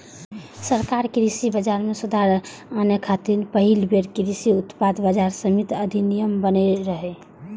सरकार कृषि बाजार मे सुधार आने खातिर पहिल बेर कृषि उत्पाद बाजार समिति अधिनियम बनेने रहै